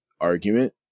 argument